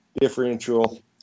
differential